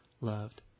loved